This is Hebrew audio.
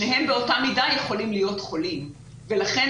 שניהם באותה מידה יכולים להיות חולים ולכן